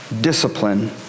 discipline